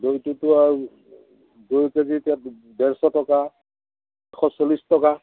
দৈটোতো আৰু দৈ কেজি এতিয়া ডেৰশ টকা এশ চল্লিছ টকা